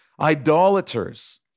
Idolaters